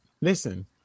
listen